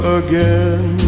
again